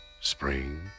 spring